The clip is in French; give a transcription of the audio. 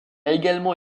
également